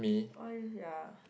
why this sia